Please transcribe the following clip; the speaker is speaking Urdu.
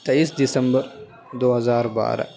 تیئس دسمبر دو ہزار بارہ